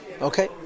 Okay